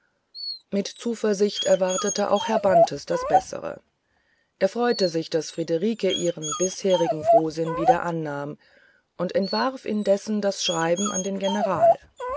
mit zuversicht erwartete auch herr bantes das bessere er freute sich daß friederike ihren bisherigen frohsinn wieder annahm und entwarf indes das schreiben an den general